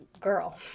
girl